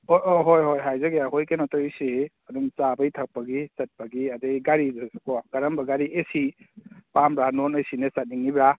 ꯑꯣ ꯍꯣꯏ ꯍꯣꯏ ꯍꯥꯏꯖꯒꯦ ꯑꯩꯈꯣꯏ ꯀꯩꯅꯣ ꯇꯧꯔꯤꯁꯤ ꯑꯗꯨꯝ ꯆꯥꯕꯩ ꯊꯛꯄꯒꯤ ꯆꯠꯄꯒꯤ ꯑꯗꯩ ꯒꯥꯔꯤꯗꯁꯨꯀꯣ ꯀꯔꯝꯕ ꯒꯥꯔꯤ ꯑꯦꯁꯤ ꯄꯥꯝꯕ꯭ꯔꯥ ꯅꯟ ꯑꯦꯁꯤꯅ ꯆꯠꯅꯤꯡꯉꯤꯕ꯭ꯔꯥ